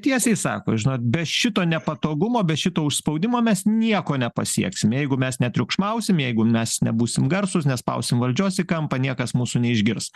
tiesiai sako žinot be šito nepatogumo bet šito užspaudimo mes nieko nepasieksim jeigu mes netriukšmausim jeigu mes nebūsim garsūs nespausim valdžios į kampą niekas mūsų neišgirs